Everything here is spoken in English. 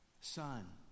Son